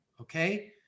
okay